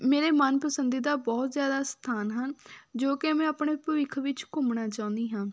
ਮੇਰੇ ਮਨ ਪਸੰਦੀਦਾ ਬਹੁਤ ਜ਼ਿਆਦਾ ਸਥਾਨ ਹਨ ਜੋ ਕਿ ਮੈਂ ਆਪਣੇ ਭਵਿੱਖ ਵਿੱਚ ਘੁੰਮਣਾ ਚਾਹੁੰਦੀ ਹਾਂ